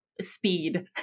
speed